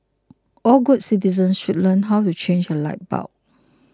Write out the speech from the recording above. all good citizens should learn how rechange a light bulb